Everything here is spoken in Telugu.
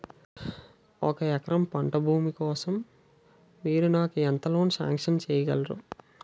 ఒక ఎకరం పంట భూమి కోసం మీరు నాకు ఎంత లోన్ సాంక్షన్ చేయగలరు?